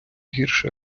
гірше